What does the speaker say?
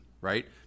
right